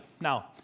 Now